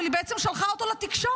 אבל היא בעצם שלחה אותו לתקשורת.